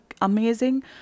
amazing